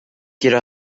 quiero